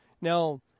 Now